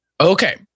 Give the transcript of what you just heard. okay